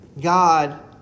God